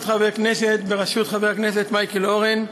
חברי הכנסת בראשות חבר הכנסת מייקל אורן,